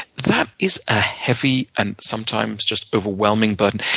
that is a heavy and sometimes just overwhelming burden.